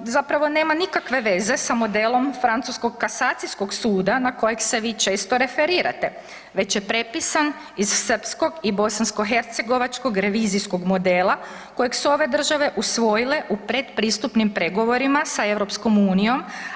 zapravo nema nikakve veze sa modelom francuskog Kasacijskog suda na kojeg se vi često referirate već je prepisan iz srpskog i bosanskohercegovačkog revizijskog modela kojeg su ove države usvojile u pred pristupnim pregovorima sa EU,